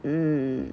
mm